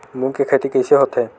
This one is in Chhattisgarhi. मूंग के खेती कइसे होथे?